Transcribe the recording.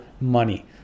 money